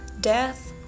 death